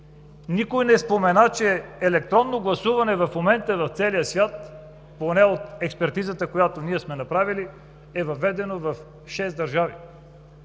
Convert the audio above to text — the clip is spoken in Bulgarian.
Никой не спомена, че електронно гласуване в момента в целия свят, поне от експертизата, която сме направили, е въведено в шест държави.